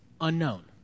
unknown